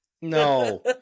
No